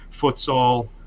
futsal